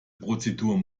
prozedur